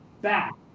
back